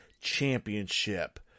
Championship